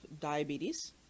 diabetes